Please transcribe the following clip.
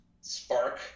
spark